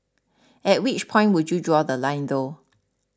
at which point would you draw The Line though